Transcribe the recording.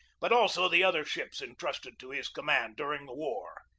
but also the other ships intrusted to his command during the war.